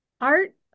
art